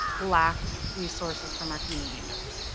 lacked resources from our community members.